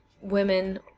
women